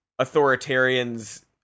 authoritarians